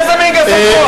איזה מין גסות רוח?